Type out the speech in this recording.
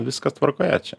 viskas tvarkoje čia